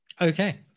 okay